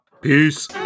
peace